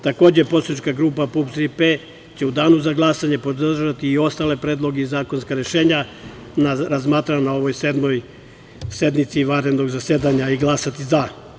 Takođe, Poslanička grupe PUPS „Tri P“ će u danu za glasanje podržati i ostale predloge i zakonska rešenja, razmatrana na ovoj sednici vanrednog zasedanja i glasati za.